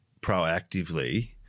proactively